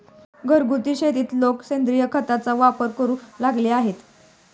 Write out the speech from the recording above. घरगुती शेतीत लोक आता सेंद्रिय खताचा वापर करू लागले आहेत